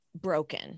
broken